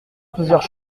plusieurs